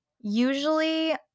usually